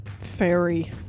fairy